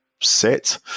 sit